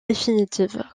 définitives